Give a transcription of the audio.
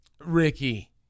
Ricky